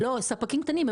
זה לספקים קטנים,